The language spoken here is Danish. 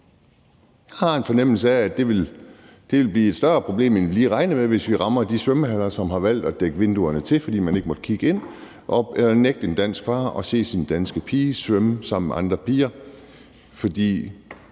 har en fornemmelse af, at det ville blive et større problem, end vi lige regner med, hvis vi rammer de svømmehaller, som har valgt at dække vinduerne til, fordi man ikke må kigge ind, og at nægte en dansk far at se sin danske pige svømme sammen med andre piger. For